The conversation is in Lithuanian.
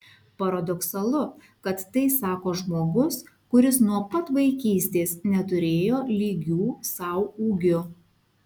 paradoksalu kad tai sako žmogus kuris nuo pat vaikystės neturėjo lygių sau ūgiu